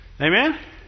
Amen